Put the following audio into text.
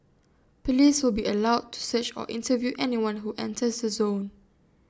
Police will be allowed to search or interview anyone who enters the zone